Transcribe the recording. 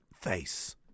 face